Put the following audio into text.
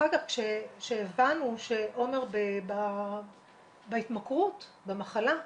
אחר כך, כשהבנו שעומר בהתמכרות, במחלה,